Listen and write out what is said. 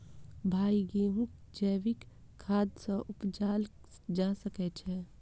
भाई गेंहूँ जैविक खाद सँ उपजाल जा सकै छैय?